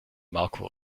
marco